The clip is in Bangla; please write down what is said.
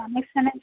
কানেকশানের